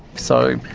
so,